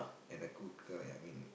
and a good guy I mean